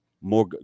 more